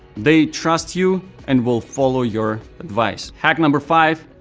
they trust you and will follow your advice. hack number five,